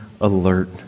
alert